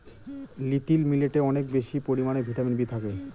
little মিলেটে অনেক বেশি পরিমানে ভিটামিন বি থাকে